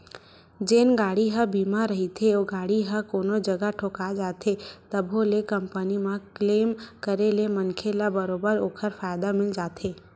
जेन गाड़ी ह बीमा रहिथे ओ गाड़ी ह कोनो जगा ठोका जाथे तभो ले कंपनी म क्लेम करे ले मनखे ल बरोबर ओखर फायदा मिल जाथे